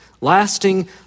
Lasting